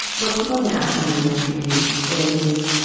what people been asking me in interviews is.